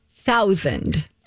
thousand